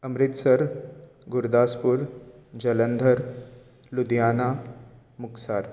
Amritsar Gurdaspur Jalandhar Ludhiana Muktsar